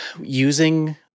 using